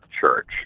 church